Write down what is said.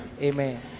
Amen